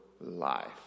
life